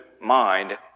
mind